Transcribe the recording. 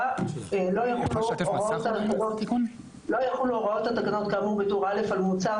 לא יחולו הוראות התקנות כאמור בטור א על מוצר